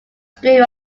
stream